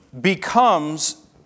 becomes